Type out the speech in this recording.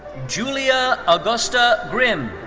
julia augusta grimm.